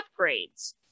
upgrades